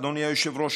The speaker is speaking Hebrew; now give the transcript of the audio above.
אדוני היושב-ראש,